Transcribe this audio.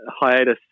hiatus